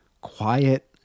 quiet